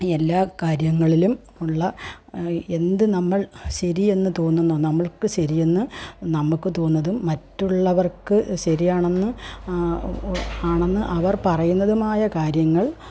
എല്ലാ കാര്യങ്ങളിലും ഉള്ള എന്ത് നമ്മൾ ശരിയെന്നു തോന്നുന്നോ നമ്മൾക്ക് ശരിയെന്നു നമുക്കു തോന്നുന്നതും മറ്റുള്ളവർക്ക് ശരിയാണെന്ന് ആണെന്ന് അവർ പറയുന്നതുമായ കാര്യങ്ങൾ